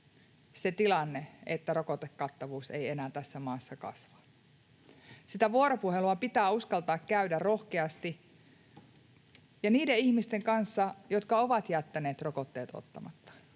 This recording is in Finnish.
se tilanne, että rokotekattavuus ei enää tässä maassa kasva? Sitä vuoropuhelua pitää uskaltaa käydä rohkeasti, ja niiden ihmisten kanssa, jotka ovat jättäneet rokotteet ottamatta,